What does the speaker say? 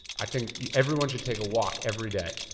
i think everyone should take a walk every day,